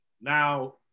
Now